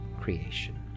creation